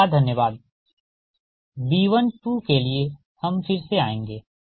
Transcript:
आपका धन्यवाद B12 के लिए हम फिर से आएँगे